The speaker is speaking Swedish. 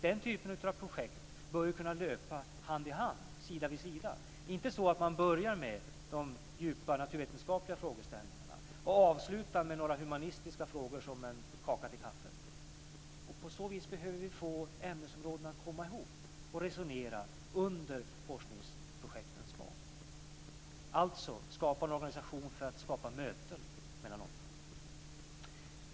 Den typen av projekt bör ju kunna gå sida vid sida, så att man inte börjar med de djupa naturvetenskapliga frågeställningarna och avslutar med några humanistiska frågor som en kaka till kaffet. På så vis behöver vi få ämnesområdena att komma ihop och resonera under forskningsprojektens gång. Alltså: Skapa en organisation för att skapa möten mellan områden.